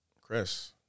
chris